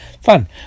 Fun